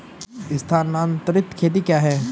स्थानांतरित खेती क्या है?